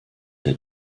der